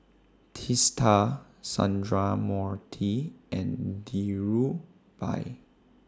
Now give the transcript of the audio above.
Teesta Sundramoorthy and Dhirubhai